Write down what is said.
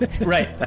Right